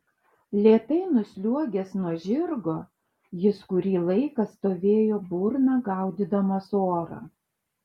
lėtai nusliuogęs nuo žirgo jis kurį laiką stovėjo burna gaudydamas orą